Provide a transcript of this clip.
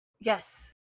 Yes